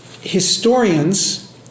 Historians